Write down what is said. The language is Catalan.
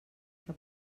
que